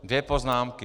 Dvě poznámky.